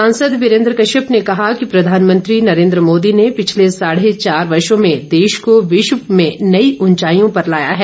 सांसद वीरेन्द्र कश्यप ने कहा कि प्रधानमंत्री नरेन्द्र मोदी ने पिछले साढ़े चार वर्षों में देश को विश्व में नई उंचाईयों पर लाया है